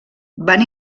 van